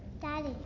Daddy